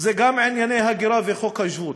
זה גם ענייני הגירה וחוק השבות.